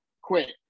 quit